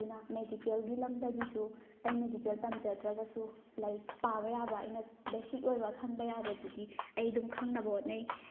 ꯑꯗꯨꯅ ꯃꯦꯗꯤꯀꯦꯜꯒꯤ ꯂꯝꯗꯒꯤꯁꯨ ꯑꯩ ꯃꯦꯗꯤꯀꯦꯜ ꯇꯝꯖꯗ꯭ꯔꯒꯁꯨ ꯂꯥꯏꯔꯤꯛ ꯄꯥꯕ ꯌꯥꯕ ꯑꯩꯅ ꯕꯦꯁꯤꯛ ꯑꯣꯏꯕ ꯈꯪꯕ ꯌꯥꯕꯗꯨꯗꯤ ꯑꯩ ꯑꯗꯨꯝ ꯈꯪꯅꯕ ꯍꯣꯠꯅꯩ